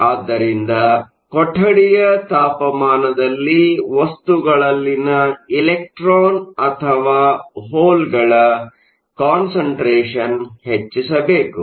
ಆದ್ದರಿಂದ ಕೋಠಡಿಯ ತಾಪಮಾನದಲ್ಲಿ ವಸ್ತುಗಳಲ್ಲಿನ ಎಲೆಕ್ಟ್ರಾನ್ ಅಥವಾ ಹೋಲ್ಗಳ ಕಾನ್ಸಂಟ್ರೇಷನ್ ಹೆಚ್ಚಿಸಬೇಕು